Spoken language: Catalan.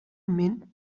ment